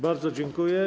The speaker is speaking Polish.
Bardzo dziękuję.